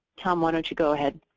tom, why don't you go ahead?